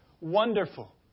Wonderful